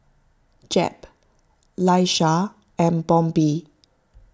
Jep Laisha and Bobbi